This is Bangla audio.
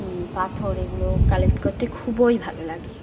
পাথর এগুলো কালেক্ট করতে খুবই ভালো লাগে